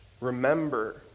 remember